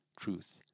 truth